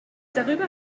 darüber